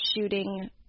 shooting